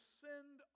send